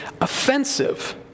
offensive